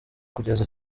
kugeza